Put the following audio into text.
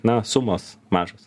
na sumos mažos